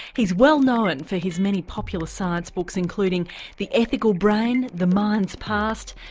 he's well known for his many popular science books including the ethical brain, the mind's past,